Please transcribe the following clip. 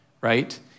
right